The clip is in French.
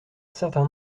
certain